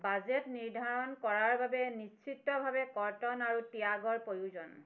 budget নিৰ্ধাৰণ কৰাৰ বাবে নিশ্চিতভাৱে কৰ্তন আৰু ত্যাগৰ প্ৰয়োজন